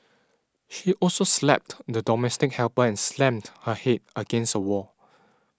she also slapped the domestic helper and slammed her head against a wall